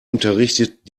unterrichtet